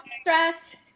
stress